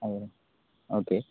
ആ ഒക്കെ